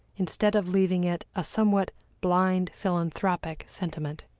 instead of leaving it a somewhat blind philanthropic sentiment.